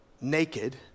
naked